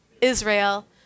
Israel